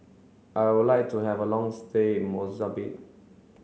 I would like to have a long stay in Mozambique